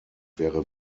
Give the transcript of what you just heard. wäre